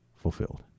fulfilled